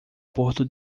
porto